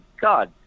god